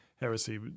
heresy